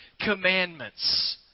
commandments